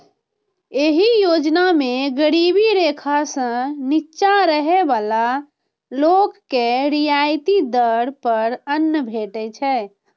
एहि योजना मे गरीबी रेखा सं निच्चा रहै बला लोक के रियायती दर पर अन्न भेटै छै